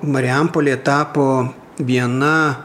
marijampolė tapo viena